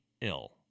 ill